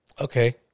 okay